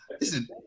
listen